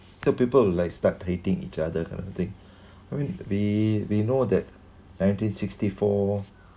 so people would like start hating each other kind of thing mean we we know that nineteen sixty four